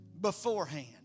Beforehand